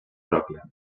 pròpia